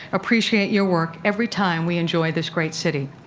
appreciate your work every time we enjoy this great city.